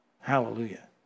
Hallelujah